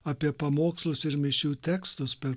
apie pamokslus ir mišių tekstus per